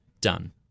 done